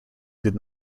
did